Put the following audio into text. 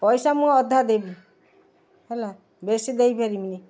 ପଇସା ମୁଁ ଅଧା ଦେବି ହେଲା ବେଶୀ ଦେଇପାରିବିନି